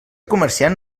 comerciant